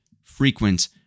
frequent